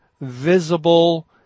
visible